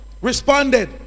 responded